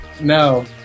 no